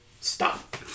stop